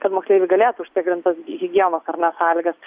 kad moksleiviai galėtų užtikrint tas higienos ar ne sąlygas